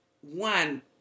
One